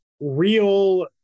real